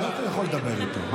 אבל אתה לא יכול לדבר איתו.